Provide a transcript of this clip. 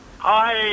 Hi